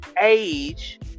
age